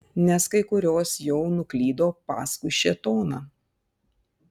nes kai kurios jau nuklydo paskui šėtoną